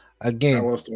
again